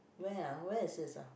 where ah where is this ah